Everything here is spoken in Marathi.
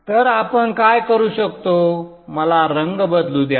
तर आपण काय करू शकतो मला रंग बदलू द्या